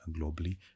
globally